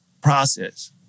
process